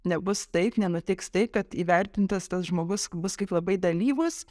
nebus taip nenutiks taip kad įvertintas tas žmogus bus kaip labai dalyvus